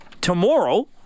Tomorrow